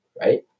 Right